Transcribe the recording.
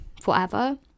forever